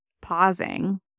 pausing